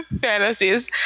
fantasies